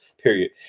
Period